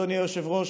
אדוני היושב-ראש,